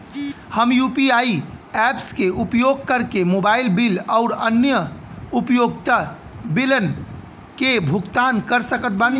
हम UPI apps के उपयोग करके मोबाइल बिल आउर अन्य उपयोगिता बिलन के भुगतान कर सकत बानी